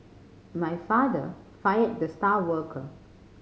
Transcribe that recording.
my father fired the star worker